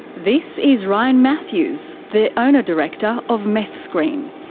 this is ryan matthews, the owner-director of meth screen.